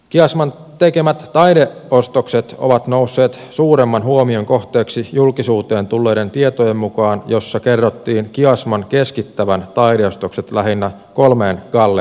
kiasman tekemät taideostokset ovat nousseet suuremman huomion kohteeksi julkisuuteen tulleiden tietojen mukaan joissa kerrottiin kiasman keskittävän taideostokset lähinnä kolmeen galleriaan